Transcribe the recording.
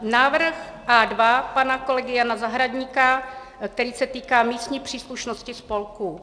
Návrh A2 pana kolegy Jana Zahradníka, který se týká místní příslušnosti spolků.